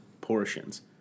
portions